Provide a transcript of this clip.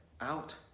out